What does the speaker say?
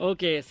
Okay